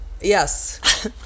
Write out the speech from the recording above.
Yes